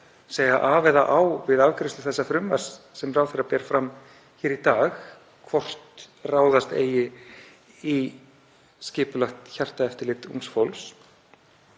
segja af eða á við afgreiðslu þess frumvarps sem ráðherra ber fram hér í dag, hvort ráðast eigi í skipulagt hjartaeftirlit ungs fólks,